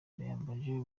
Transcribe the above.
ndayambaje